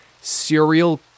serial